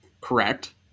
Correct